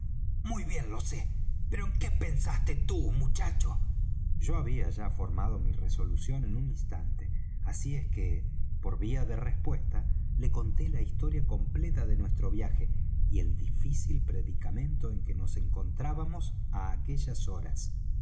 muy bien lo sé pero en qué pensaste tú muchacho yo había ya formado mi resolución en un instante así es que por vía de respuesta le conté la historia completa de nuestro viaje y el difícil predicamento en que nos encontrábamos á aquellas horas